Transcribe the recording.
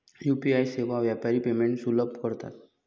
UPI सेवा व्यापारी payments सुलभ करतात